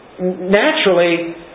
naturally